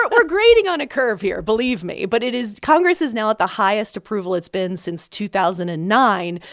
but we're grading on a curve here, believe me. but it is congress is now at the highest approval it's been since two thousand and nine,